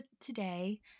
today